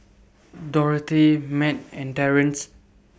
Dorthey Mat and Terence